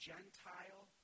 Gentile